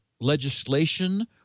legislation